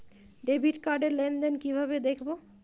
Debit card র লেনদেন কিভাবে দেখবো?